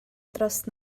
dros